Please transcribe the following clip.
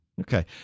Okay